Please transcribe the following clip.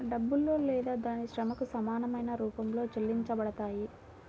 డబ్బులో లేదా దాని శ్రమకు సమానమైన రూపంలో చెల్లించబడతాయి